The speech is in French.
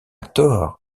tort